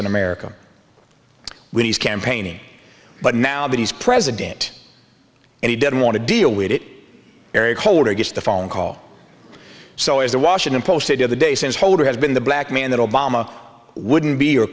in america when he's campaigning but now that he's president and he didn't want to deal with it eric holder gets the phone call so as the washington post said the other day since holder has been the black man that obama wouldn't be or